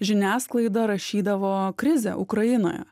žiniasklaida rašydavo krizė ukrainoje